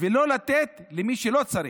ולא לתת למי שלא צריך.